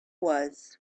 was